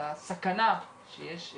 העבודה חייבת להיות